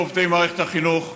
לעובדי מערכת החינוך,